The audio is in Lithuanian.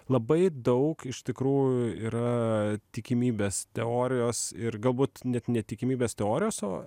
labai daug iš tikrųjų yra tikimybės teorijos ir galbūt net ne tikimybės teorijos o